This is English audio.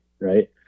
right